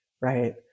right